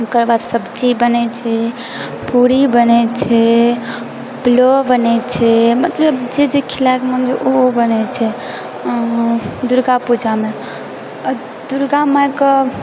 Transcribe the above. ओकर बाद सब्जी बनै छै पूरी बनै छै पुलाव बनै छै मतलब जे जे खिलाबैके मोन ओ ओ बनै छै दुर्गापूजामे आ दुर्गा मायके